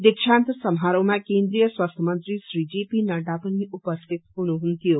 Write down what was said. दीक्षान्त समारोहमा केन्द्रिय स्वास्थ्य मन्त्री श्री जे पी नाडा पनि उपस्थित हुनुहुन्थ्यो